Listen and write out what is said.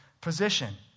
position